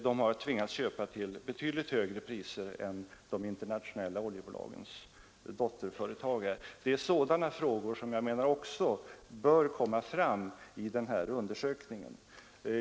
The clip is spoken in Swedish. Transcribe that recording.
De har tvingats köpa till betydligt högre priser än de internationella oljebolagens dotterföretag. Det är sådana frågor som jag menar också bör komma fram i undersökningen.